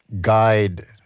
guide